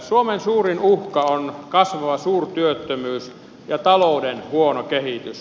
suomen suurin uhka on kasvava suurtyöttömyys ja talouden huono kehitys